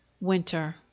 winter